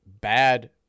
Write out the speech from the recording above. bad